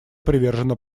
привержено